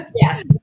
Yes